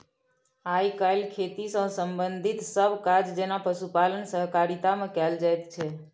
आइ काल्हि खेती सँ संबंधित सब काज जेना पशुपालन सहकारिता मे कएल जाइत छै